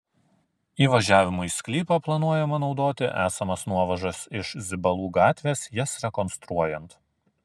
įvažiavimui į sklypą planuojama naudoti esamas nuovažas iš zibalų gatvės jas rekonstruojant